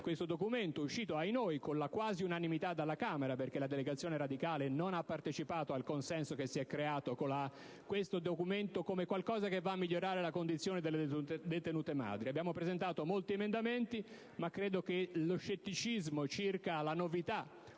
questo provvedimento, uscito - ahinoi - con la quasi unanimità dalla Camera, perché la delegazione radicale non ha partecipato al consenso che si è creato attorno ad esso, come fosse un qualcosa che va a migliorare la condizione delle detenute madri. Abbiamo presentato molti emendamenti, ma credo che lo scetticismo circa la novità